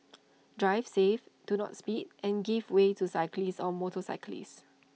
drive safe do not speed and give way to cyclists or motorcyclists